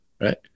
right